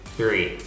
three